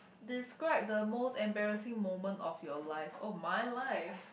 describe the most embarrassing moment of your life oh my life